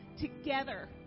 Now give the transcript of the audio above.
together